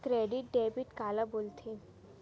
Debit credit काला बोल थे?